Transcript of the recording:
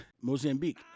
Mozambique